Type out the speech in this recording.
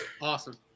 Awesome